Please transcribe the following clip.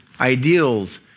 ideals